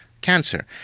cancer